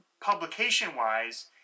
publication-wise